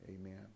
Amen